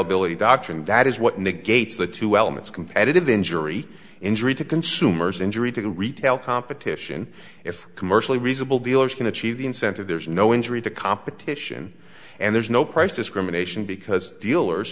ability doctrine that is what negates the two elements competitive injury injury to consumers injury to the retail competition if commercially reasonable dealers can achieve the incentive there's no injury to competition and there's no price discrimination because dealers